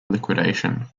liquidation